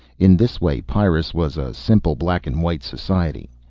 in this way pyrrus was a simple black-and-white society.